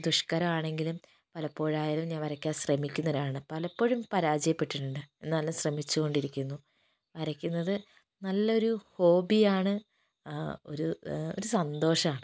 കുറച്ച് ദുഷ്കരമാണെങ്കിലും പലപ്പോഴായാലും ഞാൻ വരക്കാൻ ശ്രമിക്കുന്ന ഒരാളാണ് പലപ്പോഴും പരാജയപ്പെട്ടിട്ടുണ്ട് എന്നാലും ശ്രമിച്ചു കൊണ്ടിരിക്കുന്നു വരക്കുന്നത് നല്ലൊരു ഹോബിയാണ് ഒരു ഒരു സന്തോഷമാണ്